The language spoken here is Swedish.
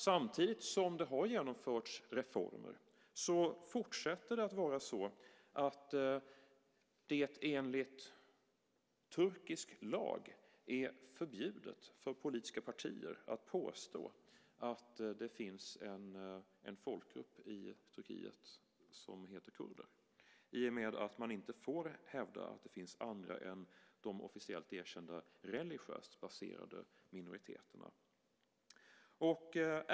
Samtidigt som man har genomfört reformer fortsätter det att enligt turkisk lag vara förbjudet för politiska partier att påstå att det finns en folkgrupp i Turkiet som heter kurder. Man får inte hävda att det finns andra än de officiellt erkända, religiöst baserade minoriteterna.